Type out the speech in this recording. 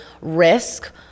risk